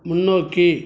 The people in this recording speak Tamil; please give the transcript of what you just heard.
முன்னோக்கி